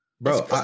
Bro